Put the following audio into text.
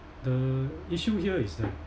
the issue here is that